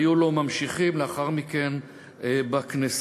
והיו לו ממשיכים לאחר מכן בכנסייה.